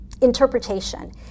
interpretation